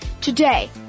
Today